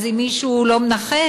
אז אם מישהו לא מנחש,